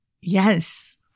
Yes